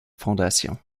fondation